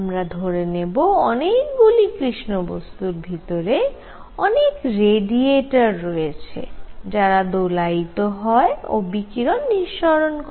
আমরা ধরে নেব অনেকগুলি কৃষ্ণ বস্তুর ভিতরে অনেক রেডিয়েটার রয়েছে যারা দোলায়িত হয় ও বিকিরণ নিঃসরণ করে